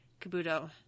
Kabuto